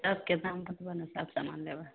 सबके दाम बतबऽ ने तब समान लेबै